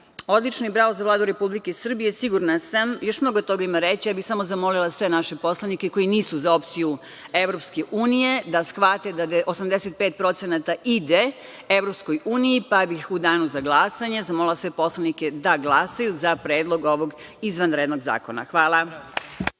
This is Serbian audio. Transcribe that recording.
dinara. Odlično za Vladu Republike Srbije, sigurna sam, još mnogo toga ima reći. Ja bih samo zamolila sve naše poslanike koji nisu za opciju EU, da shvate da 85% ide EU, pa bih u danu za glasanje zamolila sve poslanike da glasaju za predlog ovog izvanrednog zakona. Hvala.